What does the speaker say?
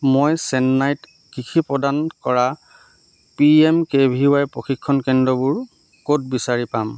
মই চেন্নাইত কৃষি প্ৰদান কৰা P M K V Y প্ৰশিক্ষণ কেন্দ্ৰবোৰ ক'ত বিচাৰি পাম